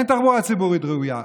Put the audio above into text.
אין תחבורה ציבורית ראויה,